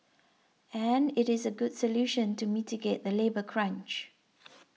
and it is a good solution to mitigate the labour crunch